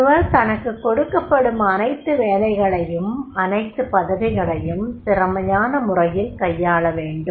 ஒருவர் தனக்குக் கொடுக்கப்படும் அனைத்து வேலைகளையும் அனைத்து பதவிகளையும் திறமையான முறையில் கையாளவேண்டும்